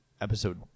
episode